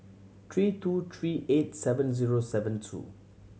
three two three eight seven zero seven two